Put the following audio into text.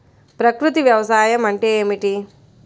ప్రకృతి వ్యవసాయం అంటే ఏమిటి?